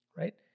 right